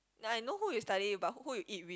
I know who you study but who you eat with